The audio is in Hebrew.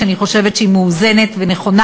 שאני חושבת שהיא מאוזנת ונכונה.